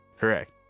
Correct